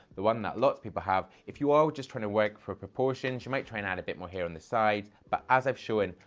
the one that lots of people have. if you are just trying to work for proportions, you might try and add a bit more hair on the side, but as i've shown,